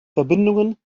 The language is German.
verbindungen